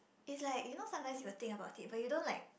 is like you know sometimes you will think about it but you don't like